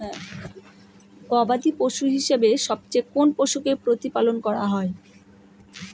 গবাদী পশু হিসেবে সবচেয়ে কোন পশুকে প্রতিপালন করা হয়?